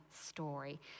story